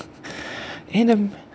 and um